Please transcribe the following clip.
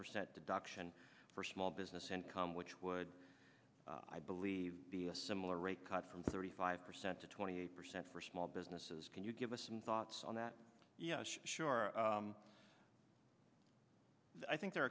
percent deduction for small business income which would i believe be a similar rate cut from thirty five percent to twenty eight percent for small businesses can you give us some thoughts on that yeah sure i think the